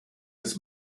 des